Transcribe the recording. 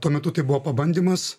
tuo metu tai buvo pabandymas